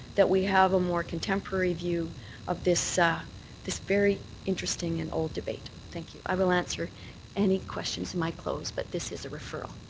that we have a more contemporary view of this ah this very interesting and old debate. thank you. i will answer any questions in my close but this is a referral.